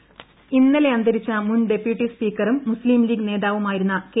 ഹംസക്കുഞ്ഞ് ഇന്നലെ അന്തരിച്ച മുൻ ഡെപ്യൂട്ടി സ്പീക്കറും മുസ്തീം ലീഗ് നേതാവുമായിരുന്ന കെ